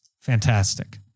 fantastic